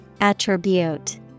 Attribute